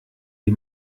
die